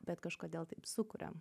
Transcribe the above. bet kažkodėl taip sukuriam